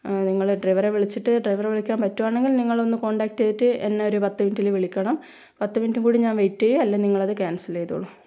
നിങ്ങൾ ഡ്രൈവറെ വിളിച്ചിട്ട് ഡ്രൈവറെ വിളിക്കാൻ പറ്റുവാണെങ്കിൽ നിങ്ങൾ ഒന്ന് കോൺടാക്ട് ചെയ്തിട്ട് എന്നെ ഒരു പത്തു മിനിറ്റിൽ വിളിക്കണം പത്തു മിനിറ്റു കൂടെ ഞാൻ വെയിറ്റ് ചെയ്യും അല്ലെ നിങ്ങൾ അത് ക്യാൻസൽ ചെയ്തോളു